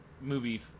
movie